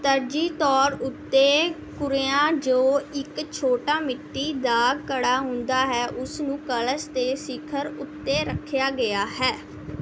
ਤਰਜੀਹ ਤੌਰ ਉੱਤੇ ਕੁਰੇਆਂ ਜੋ ਇੱਕ ਛੋਟਾ ਮਿੱਟੀ ਦਾ ਘੜਾ ਹੁੰਦਾ ਹੈ ਉਸ ਨੂੰ ਕਲਸ਼ 'ਤੇ ਸਿਖਰ ਉੱਤੇ ਰੱਖਿਆ ਗਿਆ ਹੈ